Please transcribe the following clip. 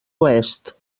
oest